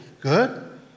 good